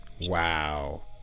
Wow